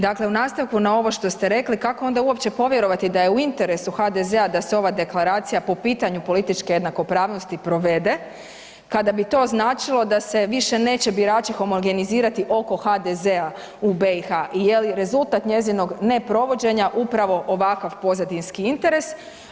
Dakle, u nastavku na ovo što ste rekli kako onda uopće povjerovati da je u interesu HDZ-a da se ova deklaracija po pitanju političke jednakopravnosti provede, kada bi to značilo da se više neće birači homogenizirati oko HDZ-a u BiH i je li rezultat njezinog neprovođenja upravo ovakav pozadinski interes?